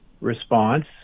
response